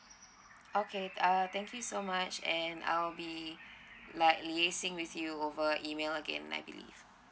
okay uh thank you so much and I'll be like liaising with you over email again